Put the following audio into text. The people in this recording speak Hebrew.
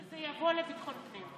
שזה יבוא לביטחון הפנים.